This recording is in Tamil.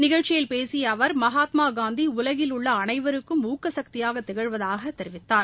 நிகழ்ச்சியில் பேசிய அவர் மகாத்மா காந்தி உலகில் உள்ள அனைவருக்கும் ஊக்கசக்தியாக திகழ்வதாக தெரிவித்தார்